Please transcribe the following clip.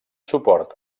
suport